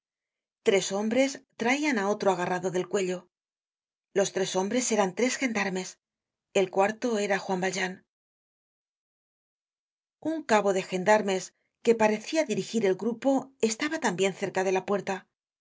tres hombres traían á otro agarrado del cuello los tres hombres eran tres gendarmes el cuarto era juan valjean un cabo de gendarmes que parecia dirigir el grupo estaba tambien cerca deja püerta a